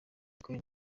nicole